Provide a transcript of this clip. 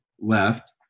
left